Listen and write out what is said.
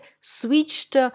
switched